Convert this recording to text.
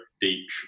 deep